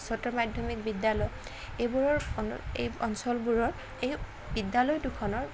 উচ্চতৰ মাধ্যমিক বিদ্যালয় এইবোৰৰ এই অঞ্চলবোৰৰ এই বিদ্যালয় দুখনৰ